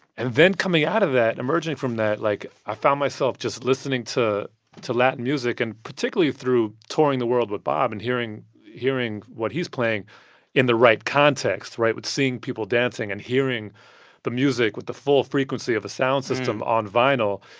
and then coming out of that, emerging from that, like, i found myself just listening to to latin music and particularly through touring the world with bob and hearing hearing what he's playing in the right context right? with seeing people dancing and hearing the music with the full frequency of a sound system on vinyl.